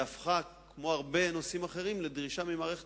וכמו הרבה נושאים אחרים זה הפך לדרישה ממערכת